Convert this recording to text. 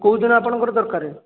କେଉଁଦିନ ଆପଣଙ୍କର ଦରକାର